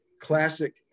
classic